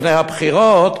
לפני הבחירות,